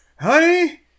Honey